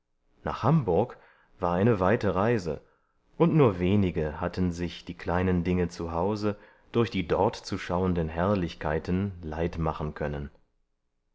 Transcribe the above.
nach hamburg war eine weite reise und nur wenige hatten sich die kleinen dinge zu hause durch die dort zu schauenden herrlichkeiten leid machen können